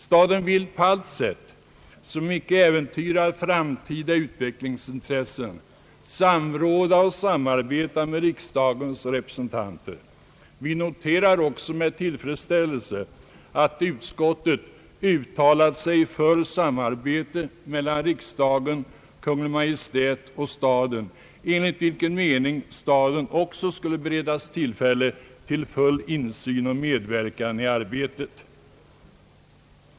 Staden vill på allt sätt, som icke äventyrar framtida utvecklingsintressen, samråda och samarbeta med riksdagens representanter. Vi noterar också med tillfredsställelse att utskottet uttalat sig för samarbete mellan riksdagen, Kungl. Maj:t och staden, enligt vilken mening staden också skulle beredas tillfälle till full insyn och medverkan i arbetet.